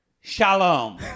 shalom